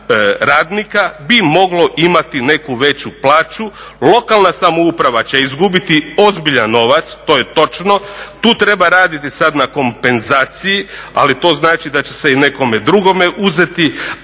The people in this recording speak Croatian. radnika bi moglo imati neku veću plaću, lokalna samouprava će izgubiti ozbiljan novac, to je točno, tu treba raditi sada na kompenzaciji, ali to znači da će se i nekome drugome uzeti,